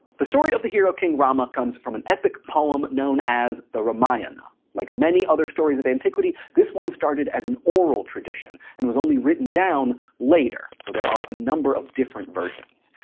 the story of the hero king rama comes from an epic poem known as the ramayana. like many other stories of antiquity, this one started as an oral tradition and was only written down later so there are a number of different versions.